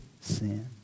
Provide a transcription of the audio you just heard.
sin